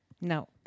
No